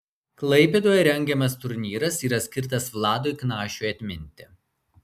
klaipėdoje rengiamas turnyras yra skirtas vladui knašiui atminti